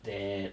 that